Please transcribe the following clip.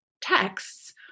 texts